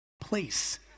place